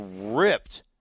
Ripped